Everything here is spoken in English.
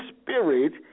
Spirit